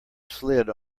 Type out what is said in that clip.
slid